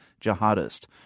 jihadist